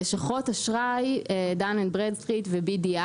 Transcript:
לשכות אשראי דן אנד ברדסטריט ו-BDI,